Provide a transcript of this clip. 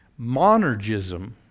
monergism